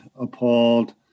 appalled